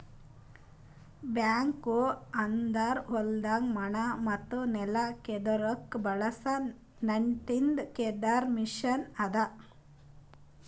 back ಹೋ ಅಂದುರ್ ಹೊಲ್ದಾಗ್ ಮಣ್ಣ ಮತ್ತ ನೆಲ ಕೆದುರ್ಲುಕ್ ಬಳಸ ನಟ್ಟಿಂದ್ ಕೆದರ್ ಮೆಷಿನ್ ಅದಾ